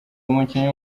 umukinnyi